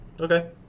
Okay